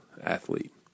athlete